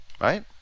Right